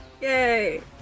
Yay